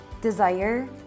desire